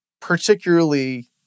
particularly